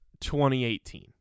2018